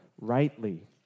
rightly